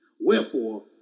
Wherefore